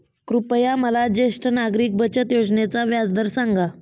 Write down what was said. कृपया मला ज्येष्ठ नागरिक बचत योजनेचा व्याजदर सांगा